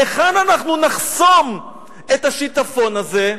היכן אנחנו נחסום את השיטפון הזה?